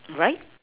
right